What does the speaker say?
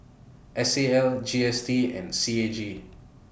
S A L G S T and C A G